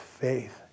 faith